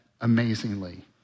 amazingly